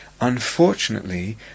unfortunately